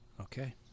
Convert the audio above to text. Okay